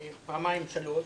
פעמיים, שלוש,